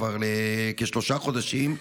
כבר כשלושה חודשים,